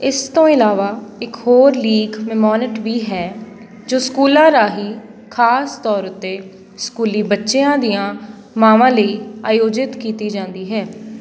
ਇਸ ਤੋਂ ਇਲਾਵਾ ਇੱਕ ਹੋਰ ਲੀਗ ਮੈਮੋਨਟ ਵੀ ਹੈ ਜੋ ਸਕੂਲਾਂ ਰਾਹੀਂ ਖਾਸ ਤੌਰ ਉੱਤੇ ਸਕੂਲੀ ਬੱਚਿਆਂ ਦੀਆਂ ਮਾਵਾਂ ਲਈ ਆਯੋਜਿਤ ਕੀਤੀ ਜਾਂਦੀ ਹੈ